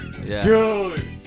dude